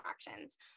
fractions